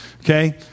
okay